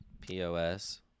pos